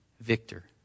victor